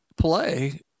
play